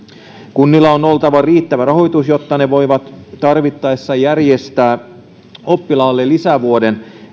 kunnilla on oltava riittävä rahoitus jotta ne voivat tarvittaessa järjestää oppilaalle lisävuoden